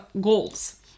goals